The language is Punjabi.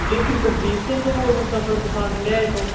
ਜੀ ਤੁਸੀਂ ਪ੍ਰਦੀਪ ਸਿੰਘ ਬੋਲਦੇ ਸਫਲ ਕਿਸਾਨ ਹੰਡਿਆਏ ਤੋਂ